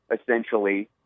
essentially